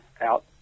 out